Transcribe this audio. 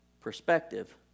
perspective